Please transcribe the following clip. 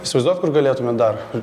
įsivaizduojat kur galėtumėt dar